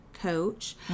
coach